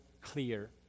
clear